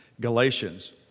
Galatians